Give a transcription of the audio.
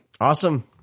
Awesome